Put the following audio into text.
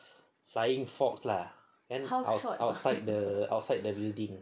flying fox lah then ou~ outside the building